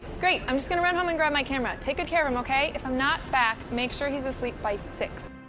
great, i'm just going to run home and grab my camera. take good care of him, okay? if i'm not back, make sure he's asleep by six